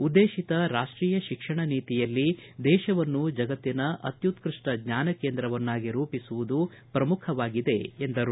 ಉದ್ದೇಶಿತ ರಾಷ್ಟೀಯ ಶಿಕ್ಷಣ ನೀತಿಯಲ್ಲಿ ದೇಶವನ್ನು ಜಗತ್ತಿನ ಅತ್ಯುಕ್ಟಪ್ಟ ಜ್ಞಾನ ಕೇಂದ್ರವನ್ನಾಗಿ ರೂಪಿಸುವುದು ಪ್ರಮುಖವಾಗಿದೆ ಎಂದರು